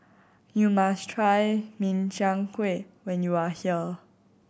you must try Min Chiang Kueh when you are here